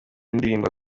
ndirimbo